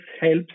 helps